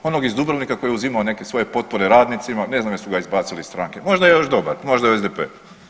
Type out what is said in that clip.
Onog iz Dubrovnika koji je uzimao neke svoje potpore radnicima, ne znam jesu ga izbacili iz stranke, možda je još dobar, možda je SDP.